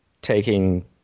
taking